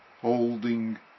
holding